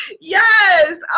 Yes